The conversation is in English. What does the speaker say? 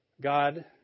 God